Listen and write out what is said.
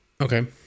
Okay